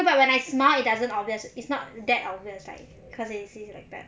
because when I smiled it doesn't obvious it's not that obvious right cause you see like that